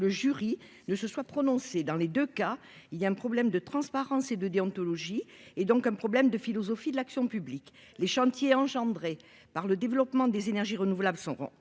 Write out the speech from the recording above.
le jury ne se soit prononcé dans les 2 cas, il y a un problème de transparence et de déontologie et donc un problème de philosophie de l'action publique, les chantiers engendrés par le développement des énergies renouvelables, son